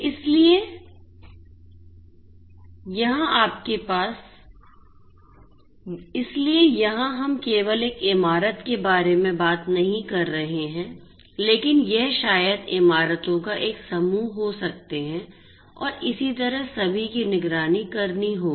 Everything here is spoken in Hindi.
इसलिए यहां हम केवल एक इमारत के बारे में बात नहीं कर रहे हैं लेकिन यह शायद इमारतों का एक समूह हो सकते हैं और इसी तरह सभी की निगरानी करनी होगी